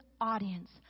audience